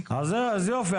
אז יופי,